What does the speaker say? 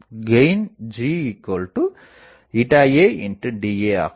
GADA ஆகும்